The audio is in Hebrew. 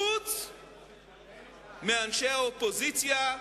חוץ מאנשי האופוזיציה,